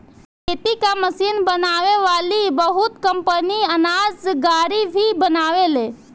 खेती कअ मशीन बनावे वाली बहुत कंपनी अनाज गाड़ी भी बनावेले